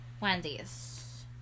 Wendy's